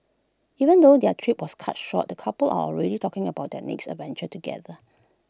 even though their trip was cut short the couple are already talking about their next adventure together